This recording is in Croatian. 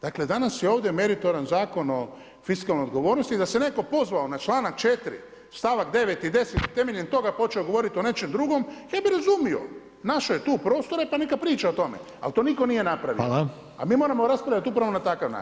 Dakle danas je ovdje meritoran Zakon o fiskalnoj odgovornosti i da se neko pozvao na članak 4. stavak 9. i 10. i na temeljem toga počeo govoriti o nečem drugom ja bi razumio, našao je tu prostora pa neka priča o tome, ali to niko nije napravio, a mi moramo raspravljati upravo na takav način.